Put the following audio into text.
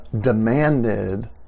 demanded